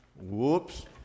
Whoops